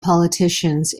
politicians